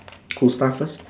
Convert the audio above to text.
who start first